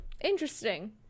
Interesting